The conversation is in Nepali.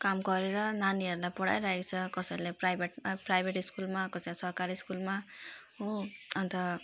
काम गरेर नानीहरूलाई पढाइरहेको छ कसैले प्राइभेटमा प्राइभेट स्कुलमा कसैले सरकारी स्कुलमा हो अन्त